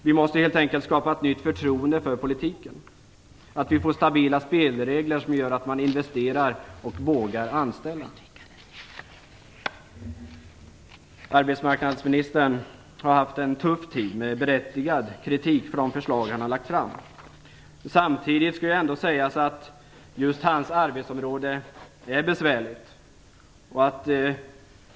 Vi måste helt enkelt skapa ett nytt förtroende för politiken, så att vi får stabila spelregler som gör att man investerar och vågar anställa. Arbetsmarknadsministern har haft en tuff tid med berättigad kritik av de förslag han har lagt fram. Samtidigt skall ändå sägas att just hans arbetsområde är besvärligt.